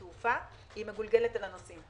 המשפטית של משרד הפנים וסיפרתי לה סיפור,